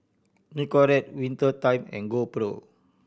Nicorette Winter Time and GoPro